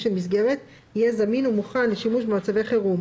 של מסגרת יהיה זמין ומוכן לשימוש במצבי חירום,